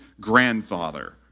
grandfather